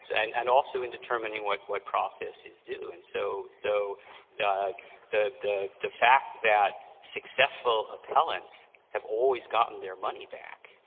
and and also in determining what what process is due. and so so the the fact that successful appellants have always gotten their money back,